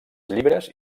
llibres